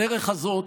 בדרך הזאת,